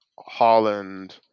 Holland